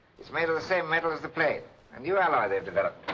it's made of the same metal as the plane. a new alloy they've developed.